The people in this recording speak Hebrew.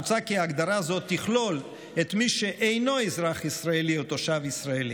מוצע כי הגדרה זו תכלול את מי שאינו אזרח ישראלי או תושב ישראלי,